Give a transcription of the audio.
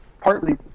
partly